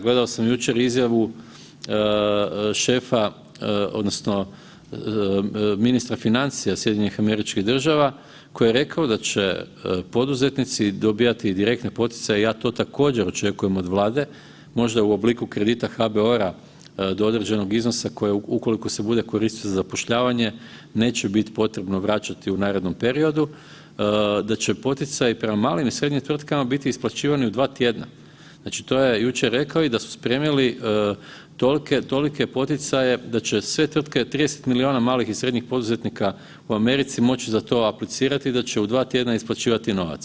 Gledao sam jučer izjavu šefa odnosno ministra financija SAD-a koji je rekao da će poduzetnici dobivati direktne poticaje, ja to također očekujem od Vlade, možda u obliku kredita HBOR-a do određenog iznosa, ukoliko se bude koristio za zapošljavanje neće bit potrebno vraćati u narednom periodu, da će poticaji prema malim i srednjim tvrtkama biti isplaćivani u dva tjedna, to je jučer rekao i da su spremili tolike poticaje da će sve tvrtke 30 milijuna malih i srednjih poduzetnika u Americi moći za to aplicirati i da će u dva tjedna isplaćivati novac.